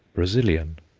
brazilian.